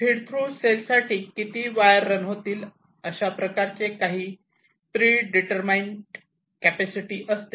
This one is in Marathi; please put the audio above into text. फीड थ्रु सेल साठी किती वायर रन होतील अशा प्रकारचे काही प्रेडिटर्मिनेड कॅपॅसिटी असते